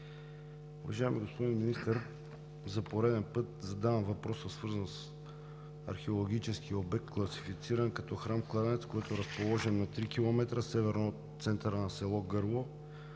Уважаеми господин Министър, за пореден път задавам въпроса, свързан с археологическия обект, класифициран като „Храм – кладенец“, разположен на 3 км северно от центъра на село Гърло,